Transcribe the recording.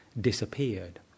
disappeared